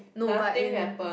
no but in